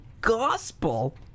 gospel